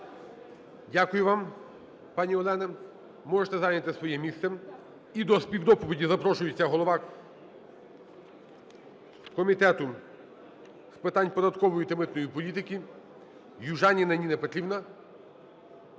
Дякую вам, пані Олена. Можете зайняти своє місце. І до співдоповіді запрошується голова Комітету з питань податкової та митної політики Южаніна Ніна Петрівна.